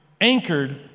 anchored